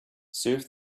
serve